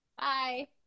Bye